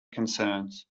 concerns